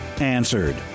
answered